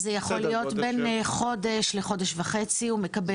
סדר גודל של- זה יכול להיות בין חודש לחודש וחצי הוא מקבל.